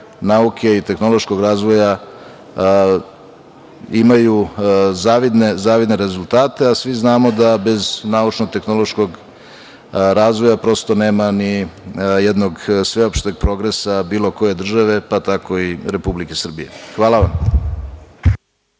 nauke i tehnološkog razvoja imaju zavidne rezultate. Svi znamo da bez naučno-tehnološkog razvoja prosto nema ni jednog sveopšteg progresa bilo koje države, pa tako i Republike Srbije. Hvala.